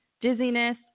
dizziness